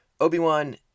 Obi-Wan